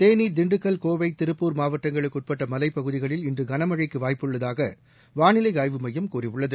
தேனி திண்டுக்கல் கோவை திருப்பூர் மாவட்டங்களுக்குஉட்பட்டமலைப்பகுதிகளில் இன்றுகனமழைக்குவாய்ப்புள்ளதாகவானிலைஆய்வு மையம் கூறியுள்ளது